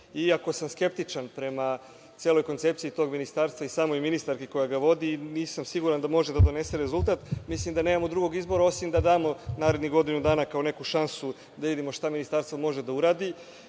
iako sam skeptičan prema celoj koncepciji tog ministarstva i samoj ministarki koja ga vodi, nisam siguran da može da donese rezultat. Mislim da nemamo drugog izbora osim da damo narednih godinu dana kao neku šansu da vidimo šta Ministarstvo može da uradi.